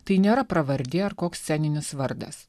tai nėra pravardė ar koks sceninis vardas